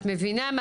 את מבינה,